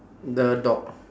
the dog